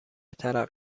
ترقه